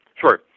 Sure